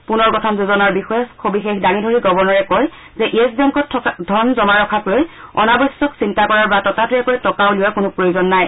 পুনৰ গঠন যোজনাৰ বিষয়ে সবিশেষ দাঙি ধৰি গৱৰ্ণৰে কয় যে য়েছ বেংকত ধন জমা ৰখাক লৈ অনাৱশ্যক চিন্তা কৰাৰ বা ততাতৈয়াকৈ টকা উলিওৱাৰ কোনো প্ৰয়োজন নাই